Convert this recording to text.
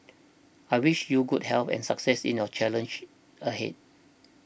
I wish you good health and success in your challenges ahead